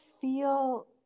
feel